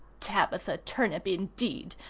tabitha turnip indeed!